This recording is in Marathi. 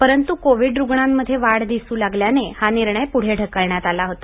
परंतू कोविड रुग्णांमध्ये वाढ दिसू लागल्याने हा निर्णय पूढे ढकलण्यात आला होता